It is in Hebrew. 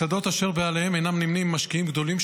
מסעדות אשר בעליהן אינם נמנים עם המשקיעים הגדולים,